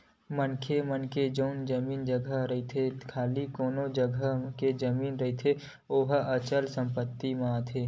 मनखे के जउन जमीन जघा रहिथे खाली कोनो जघा के जमीन रहिथे ओहा अचल संपत्ति म आथे